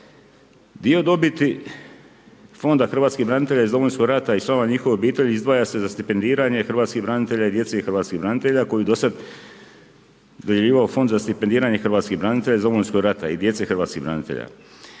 Dio dobiti Fonda hrvatskih branitelj iz Domovinskog rata i članova njihovih obitelji izdvaja se za stipendiranje hrvatskih branitelja i djece hrvatskih branitelja koji je do sad dodjeljivao Fond za stipendiranje hrvatskih branitelja iz Domovinskog rata i djece hrvatskih branitelja,